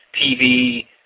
TV